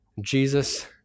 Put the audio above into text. Jesus